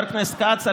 חבר הכנסת כץ,